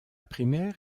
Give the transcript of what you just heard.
primaire